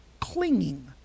clinging